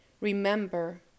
remember